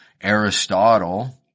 Aristotle –